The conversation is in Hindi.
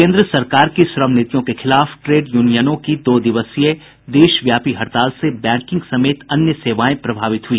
केन्द्र सरकार की श्रम नीतियों के खिलाफ ट्रेड यूनियनों की दो दिवसीय देशव्यापी हड़ताल से बैंकिंग समेत अन्य सेवाएं प्रभावित हुई